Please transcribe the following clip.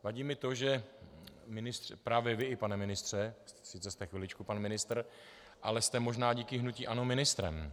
Vadí mi to, že právě i vy, pane ministře, sice jste chviličku pan ministr, ale jste možná díky hnutí ANO ministrem.